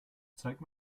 zeige